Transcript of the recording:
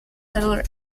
settler